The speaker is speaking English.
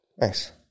Nice